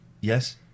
yes